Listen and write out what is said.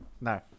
No